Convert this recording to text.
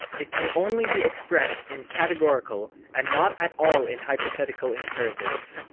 it can only be expressed in categorical and not at all in hypothetical imperatives.